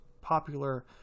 popular